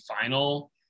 final